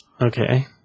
Okay